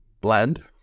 Blend